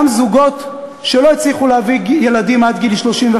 גם זוגות שלא הצליחו להביא ילדים עד גיל 35